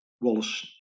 Wallace